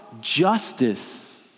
justice